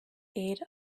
aid